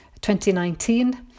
2019